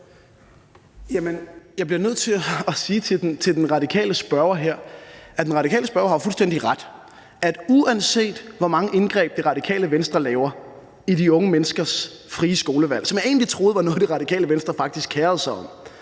jeg bliver nødt til at sige til den radikale spørger her, at den radikale spørger har fuldstændig ret, for uanset hvor mange indgreb Radikale Venstre laver i de unge menneskers frie skolevalg, som jeg egentlig troede var noget Radikale Venstre faktisk kerede sig om,